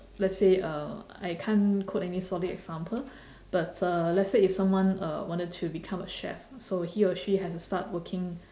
let's say uh I can't quote any solid example but uh let's say if someone uh wanted to become a chef so he or she have to start working